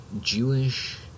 Jewish